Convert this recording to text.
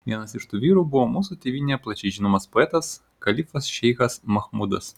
vienas iš tų vyrų buvo mūsų tėvynėje plačiai žinomas poetas kalifas šeichas machmudas